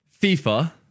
FIFA